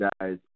guys